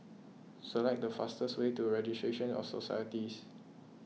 select the fastest way to Registry of Societies